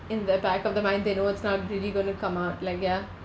in the back of the mind they know it's not really going to come out like ya